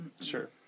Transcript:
sure